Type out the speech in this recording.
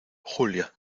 julia